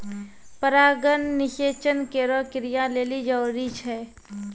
परागण निषेचन केरो क्रिया लेलि जरूरी छै